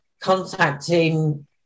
contacting